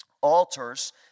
altars